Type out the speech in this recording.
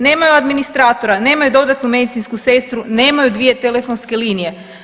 Nemaju administratora, nemaju dodatnu medicinsku sestru, nemaju dvije telefonske linije.